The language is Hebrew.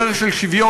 דרך של שוויון,